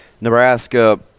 Nebraska